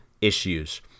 issues